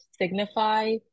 signify